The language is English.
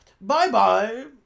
Bye-bye